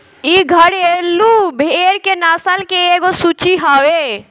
इ घरेलु भेड़ के नस्ल के एगो सूची हवे